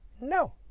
No